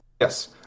yes